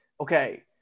okay